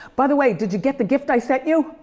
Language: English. by the way, did you get the gift i sent you?